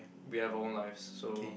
we have our own lives so